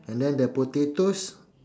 and then the potatoes